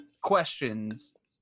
questions